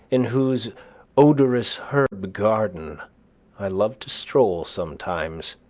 in whose odorous herb garden i love to stroll sometimes,